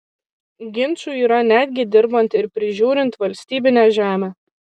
ginčų yra netgi dirbant ir prižiūrint valstybinę žemę